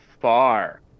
far